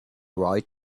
right